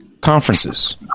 conferences